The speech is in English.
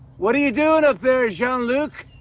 what are you doin' up there, jean-luc?